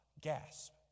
gasp